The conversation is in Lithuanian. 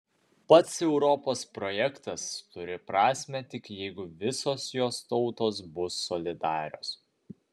pats europos projektas turi prasmę tik jeigu visos jos tautos bus solidarios